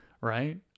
right